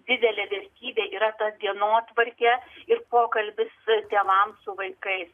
didelė vertybė yra ta dienotvarkė ir pokalbis tėvam su vaikais